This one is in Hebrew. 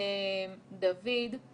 דוד,